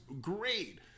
great